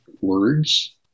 words